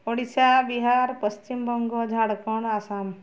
Odisha Bihar Paschimbanga Jharkhand Assam